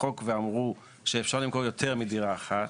החוק ואמרו שאפשר למכור יותר מדירה אחת,